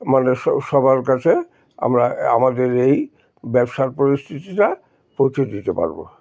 মানে স সবার কাছে আমরা আমাদের এই ব্যবসার পরিস্থিতিটা পৌঁছে দিতে পারবো